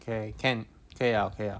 okay can 可以可以 liao